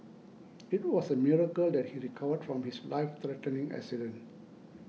it was a miracle that he recovered from his life threatening accident